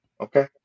Okay